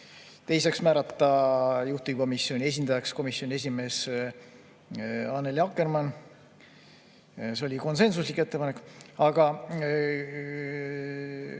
Teiseks, määrata juhtivkomisjoni esindajaks komisjoni esimees Annely Akkermann. See oli konsensuslik [otsus], aga